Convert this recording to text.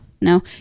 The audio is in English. No